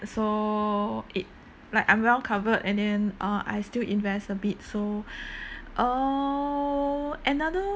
so it like I'm well covered and then uh I still invest a bit so oh another